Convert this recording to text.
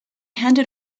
handed